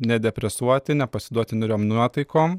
nedepresuoti nepasiduoti niūriom nuotaikom